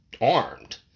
armed